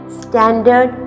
standard